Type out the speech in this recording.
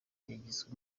yagizwe